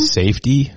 safety